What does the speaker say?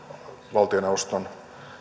valtioneuvoston